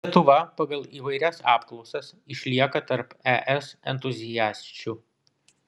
lietuva pagal įvairias apklausas išlieka tarp es entuziasčių